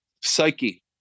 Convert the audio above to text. psyche